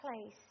place